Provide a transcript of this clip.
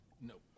Nope